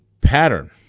pattern